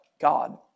God